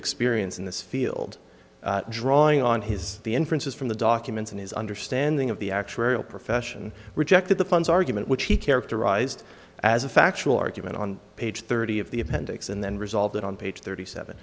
experience in this field drawing on his inferences from the documents and his understanding of the actuarial profession rejected the funds argument which he characterized as a factual argument on page thirty of the appendix and then resolved it on page thirty seven